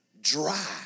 dry